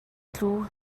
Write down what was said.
tlu